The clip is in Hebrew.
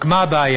רק מה הבעיה?